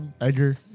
Edgar